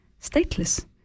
stateless